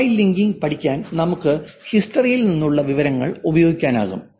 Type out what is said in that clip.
profile linking പഠിക്കാൻ നമുക്ക് history യിൽ നിന്നുള്ള വിവരങ്ങൾ ഉപയോഗിക്കാനാകും